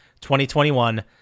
2021